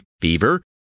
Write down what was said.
fever